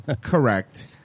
Correct